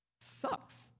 sucks